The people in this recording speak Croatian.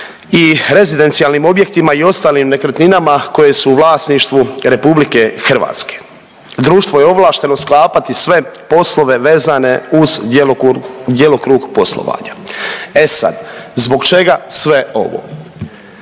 i rezidencijalnim objektima i ostalim nekretninama koje su u vlasništvu RH. Društvo je ovlašteno sklapati sve poslove vezane uz djelokrug poslovanja. E sad, zbog čega sve ovo?